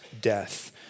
death